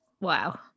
wow